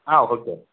ಹಾಂ ಓಕೆ